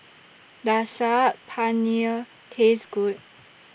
Does Saag Paneer Taste Good